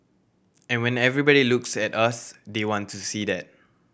and when everybody looks at us they want to see that